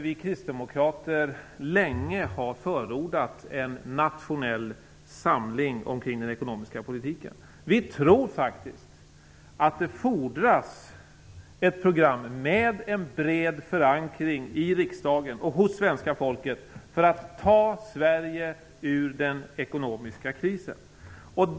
Vi kristdemokrater har länge förordat en nationell samling omkring den ekonomiska politiken. Vi tror att det fordras ett program med en bred förankring i riksdagen och hos svenska folket för att ta Sverige ur den ekonomiska krisen.